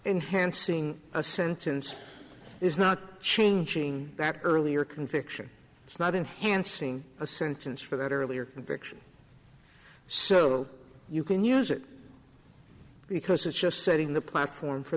enhancing a sentence is not changing that earlier conviction it's not enhancing a sentence for that earlier conviction so you can use it because it's just setting the platform for